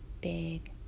big